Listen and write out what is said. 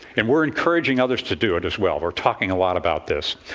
and we're encouraging others to do it as well. we're talking a lot about this.